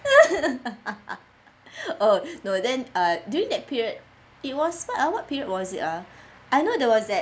oh no then uh during that period it was not what period was it ah I know there was that